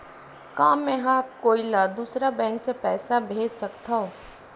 का मेंहा कोई ला दूसर बैंक से पैसा भेज सकथव?